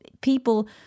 people